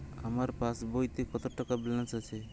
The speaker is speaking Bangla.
আমার পাসবইতে কত টাকা ব্যালান্স আছে?